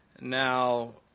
Now